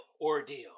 ordeal